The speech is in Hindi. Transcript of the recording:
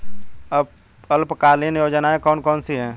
अल्पकालीन योजनाएं कौन कौन सी हैं?